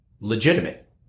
legitimate